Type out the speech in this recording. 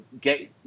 get